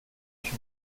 ich